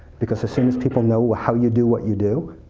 because as soon as people know how you do what you do,